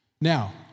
Now